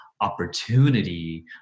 opportunity